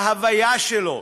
בהוויה שלו,